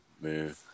man